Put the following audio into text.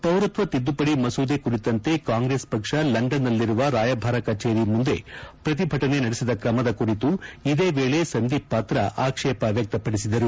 ಪೌರತ್ವ ತಿದ್ದುಪತಿ ಮಸೂದೆ ಕುರಿತಂತೆ ಕಾಂಗ್ರೆಸ್ ಪಕ್ಷ ಲಂಡನ್ನಲ್ಲಿರುವ ರಾಯಭಾರ ಕಚೇರಿ ಮುಂದೆ ಪ್ರತಿಭಟನೆ ನಡೆಸಿದ ಕ್ರಮದ ಕುರಿತು ಇದೇ ವೇಳೆ ಸಂದೀಪ್ ಪಾತ್ರ ಆಕ್ವೇಪ ವ್ಯಕ್ತಪಡಿಸಿದರು